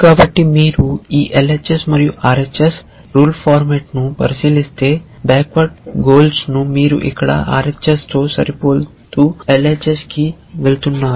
కాబట్టి మీరు ఈ LHS మరియు RHS రూల్ ఫార్మాట్ ను పరిశీలిస్తే బ్యాక్వర్డ్ గొలుసులో మీరు ఇక్కడ RHS తో సరిపోలుతూ LHS కి వెళుతున్నారు